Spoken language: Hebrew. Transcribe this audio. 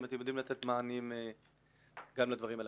אתם יודעים לתת מענים גם לדברים הללו.